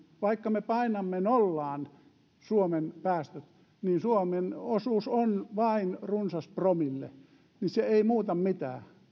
vaikka me painamme nollaan suomen päästöt niin suomen osuus on vain runsas promille eikä se muuta mitään